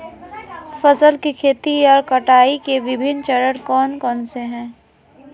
फसल की खेती और कटाई के विभिन्न चरण कौन कौनसे हैं?